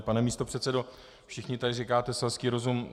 Pane místopředsedo, všichni tady říkáte selský rozum.